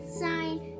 sign